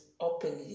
openly